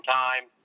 time